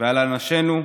ועל אנשינו.